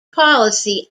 policy